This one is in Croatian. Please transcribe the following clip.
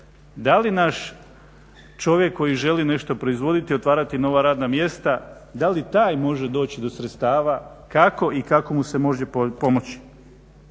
da li naš čovjek koji želi nešto proizvoditi i otvarati nova radna mjesta, da li taj može doći do sredstava, kako i kako mu se može pomoći.